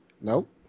Nope